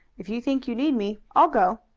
if you think you need me, i'll go.